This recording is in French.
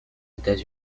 états